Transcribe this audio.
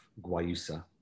guayusa